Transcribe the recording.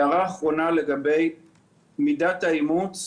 הערה לגבי מידת האימוץ